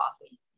coffee